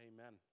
Amen